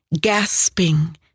gasping